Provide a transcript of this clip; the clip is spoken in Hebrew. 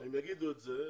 הם יגידו את זה,